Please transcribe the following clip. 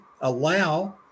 allow